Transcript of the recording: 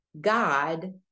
god